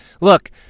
Look